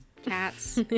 cats